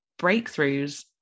breakthroughs